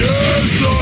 Yes